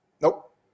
nope